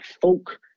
folk